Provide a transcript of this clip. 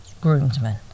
groomsmen